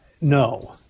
no